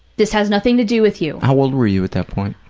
this has nothing to do with you. how old were you at that point?